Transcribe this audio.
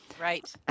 Right